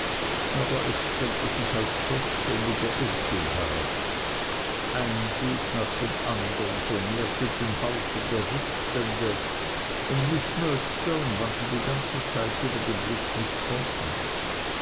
aber es stellte sich als vollständiger irrtum heraus ein buch nach dem andern vermehrte den haufen der rückstände und miß murdstone wandte die ganze zeit über den blick nicht von uns